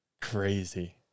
Crazy